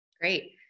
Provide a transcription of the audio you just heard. Great